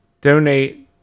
donate